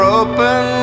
open